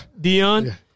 Dion